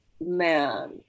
man